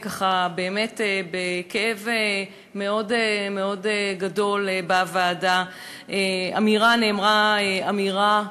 באמת בכאב מאוד מאוד גדול בוועדה נאמרה אמירה: